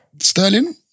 Sterling